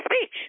speech